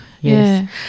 Yes